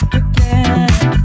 again